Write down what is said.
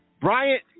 Bryant